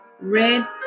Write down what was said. red